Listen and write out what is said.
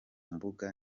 mbuga